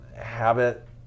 habit